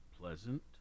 pleasant